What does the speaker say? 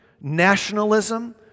nationalism